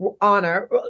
honor